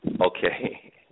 Okay